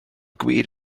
gwir